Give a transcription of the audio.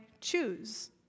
choose